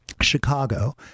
Chicago